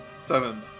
seven